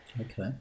Okay